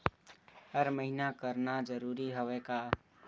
हर महीना करना जरूरी हवय का?